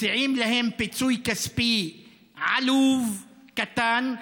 מציעים להם פיצוי כספי עלוב, קטן.